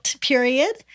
period